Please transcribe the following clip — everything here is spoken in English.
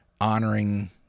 honoring